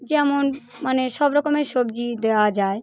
যেমন মানে সবরকমের সবজি দেওয়া যায়